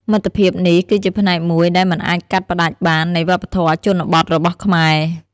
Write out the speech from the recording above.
មិត្តភាពនេះគឺជាផ្នែកមួយដែលមិនអាចកាត់ផ្តាច់បាននៃវប្បធម៌ជនបទរបស់ខ្មែរ។